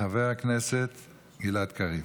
חבר הכנסת גלעד קריב.